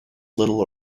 little